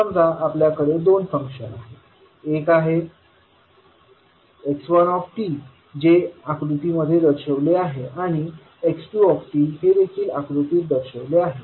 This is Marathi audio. समजा आपल्याकडे दोन फंक्शन्स आहेत एक आहे x1 जे आकृती मध्ये दर्शविलेले आहे आणि x2 हे देखील आकृतीत दर्शविले आहे